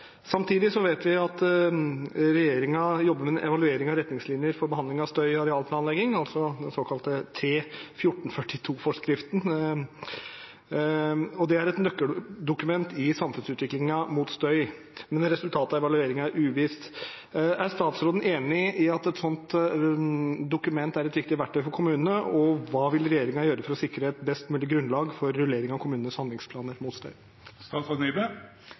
vet vi at regjeringen jobber med en evaluering av retningslinjer for behandling av støy i arealplanlegging, altså den såkalte T-1442-forskriften, og det er et nøkkeldokument i samfunnsutviklingen mot støy. Men resultatet av evalueringen er uvisst. Er statsråden enig i at et sånt dokument er et viktig verktøy for kommunene, og hva vil regjeringen gjøre for å sikre et best mulig grunnlag for rullering av kommunenes handlingsplaner mot